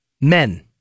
Men